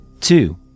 two